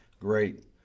great